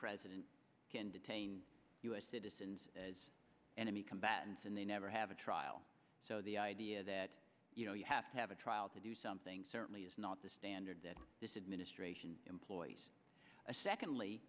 president can detain u s citizens as enemy combatants and they never have a trial so the idea that you know you have to have a trial to do something certainly is not the standard that this administration employs and secondly